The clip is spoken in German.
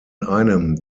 einem